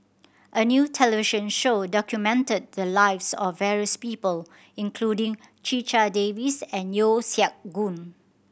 a new television show documented the lives of various people including Checha Davies and Yeo Siak Goon